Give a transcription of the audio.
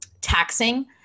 taxing